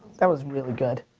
that was really good,